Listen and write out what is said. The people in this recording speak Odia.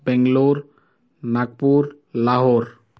ବାଙ୍ଗଲୋର ନାଗପୁର ଲାହୋର